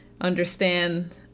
understand